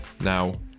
now